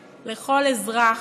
היושבת-ראש,